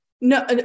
No